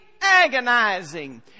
agonizing